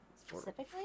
specifically